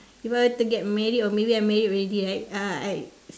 if I were to get married or maybe I married already right uh I